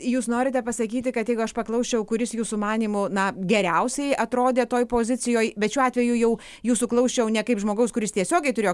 jūs norite pasakyti kad jeigu aš paklausčiau kuris jūsų manymu na geriausiai atrodė toj pozicijoj bet šiuo atveju jau jūsų klausčiau ne kaip žmogaus kuris tiesiogiai turėjo